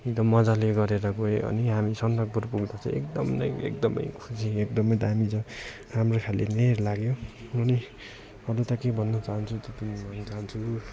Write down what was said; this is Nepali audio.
एकदम मजले गरेर गयो अनि हामी सन्दकपुर पुगेर चाहिँ एकदमै एकदमै खुसी एकदमै दामी छ राम्रो खाले नै लाग्यो अनि अरू त के भन्न चहान्छु त्यति नै भन्नु चहान्छु